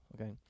okay